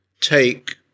take